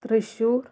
Thrissur